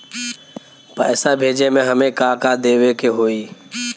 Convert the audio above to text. पैसा भेजे में हमे का का देवे के होई?